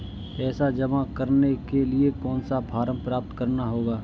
पैसा जमा करने के लिए कौन सा फॉर्म प्राप्त करना होगा?